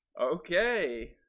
Okay